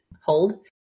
hold